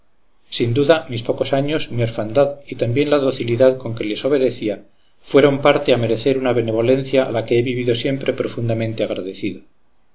sin duda mis pocos años mi orfandad y también la docilidad con que les obedecía fueron parte a merecer una benevolencia a que he vivido siempre profundamente agradecido